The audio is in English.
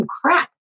crap